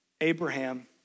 Abraham